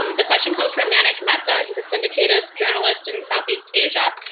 um the question comes from manik mehta. he's a syndicated journalist in southeast asia.